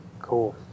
Cool